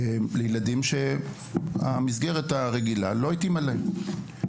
לילדים שהמסגרת הרגילה לא התאימה להם.